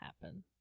happen